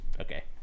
okay